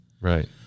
right